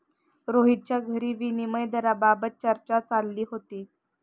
रोहितच्या घरी विनिमय दराबाबत चर्चा चालली होती